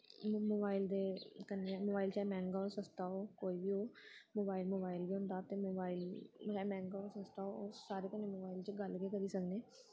mobile दे कन्नै mobile चाहे मैंह्गा होऐ सस्ता होऐ कोई बी हो मोबाइल मोबाइल गै होंदा ते मोबाइल चाहे मैंह्गा हो सस्ता हो ओह् सारें कन्नै मोबाइल च गल्ल गै करी सकने